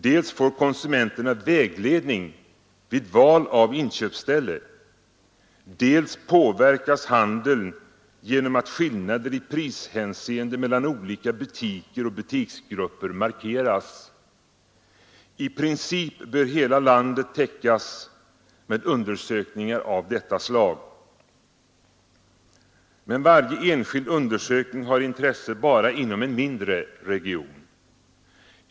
Dels får konsumenterna vägledning vid val av inköpsställe, dels påverkas handeln genom att skillnader i prishänseende mellan olika butiker och butiksgrupper markeras. I princip bör hela landet täckas med undersökningar av detta slag. Men varje enskild undersökning har intresse bara inom en mindre region.